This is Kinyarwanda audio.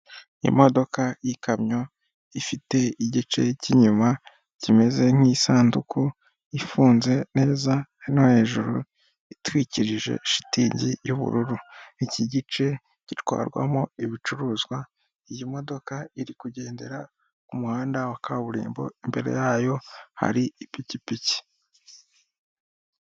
Imodoka y'ikamyo ifite igice cy'inyuma kimeze nk'isanduku ifunze neza, hano hejuru itwikirije shitingi y'ubururu, iki gice gitwarwamo ibicuruzwa iyi modoka iri kugendera ku muhanda wa kaburimbo imbere yayo hari ipikipiki.